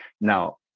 Now